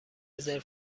رزرو